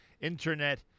Internet